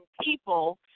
people